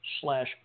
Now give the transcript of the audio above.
slash